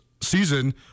season